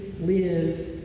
live